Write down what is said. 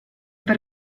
per